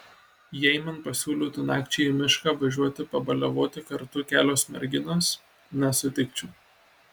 jei man pasiūlytų nakčiai į mišką važiuoti pabaliavoti kartu kelios merginos nesutikčiau